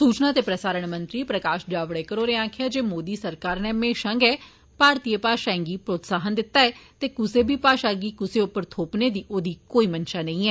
सुचना ते प्रसारण मंत्री प्रकाश जावेड़कर होरें आक्खेया जे मोदी सरकार नै हमेशा गै सब्बने भारतीय भाषाएं गी प्रोत्साहन दित्ता ऐ ते कुसै बी भाषा गी कुसै उप्पर थोपने दी औदी कोई मंशा नेई ऐ